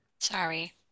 sorry